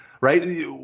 right